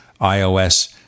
iOS